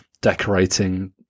decorating